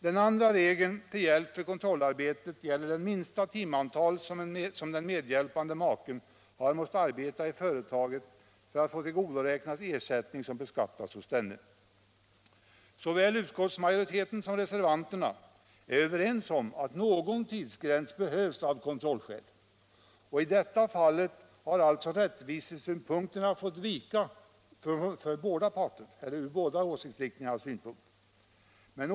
Den andra regeln till hjälp för kontrollarbetet gäller det minsta timantal som den medhjälpande maken har måst arbeta i företaget för att få tillgodoräknas ersättning som beskattas hos denne. Såväl utskottsmajoriteten som reservanterna är överens om att någon tidsgräns behövs av kontrollskäl, och i detta fall har alltså rättvisesynpunkterna fått vika ur båda åsiktsriktningarnas synpunkt.